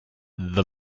the